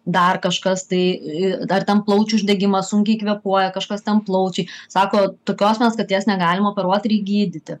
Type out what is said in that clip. dar kažkas tai ar ten plaučių uždegimas sunkiai kvėpuoja kažkas ten plaučiai sako tokios mes katės negalim operuot reik gydyti